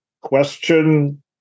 question